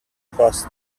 cost